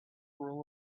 rule